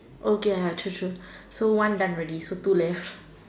okay I trust you so one done already so two left